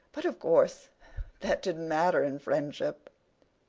but of course that didn't matter in friendship!